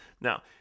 Now